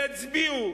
יצביעו,